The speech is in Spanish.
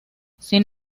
sin